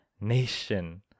Nation